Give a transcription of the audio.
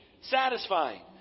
satisfying